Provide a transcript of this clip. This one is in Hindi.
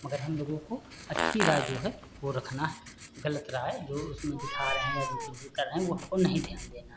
मगर हमलोगों को अच्छी राय जो है वह रखना है गलत राय जो उसमें दिखा रहे हैं या जो कुछ भी कर रहे हैं वह हमको नहीं ध्यान देना है